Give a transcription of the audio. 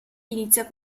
inizia